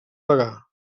pagà